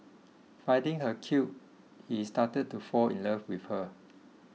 finding her cute he started to fall in love with her